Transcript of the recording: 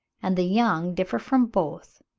and the young differ from both,